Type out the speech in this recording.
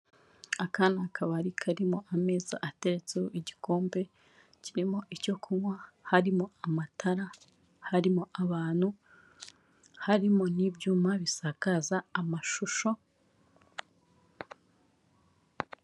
Aka ni akabari karimo ameza ateretseho igikombe kirimo icyo kunywa, harimo amatara, harimo abantu, harimo n'ibyuma bisakaza amashusho.....